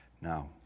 Now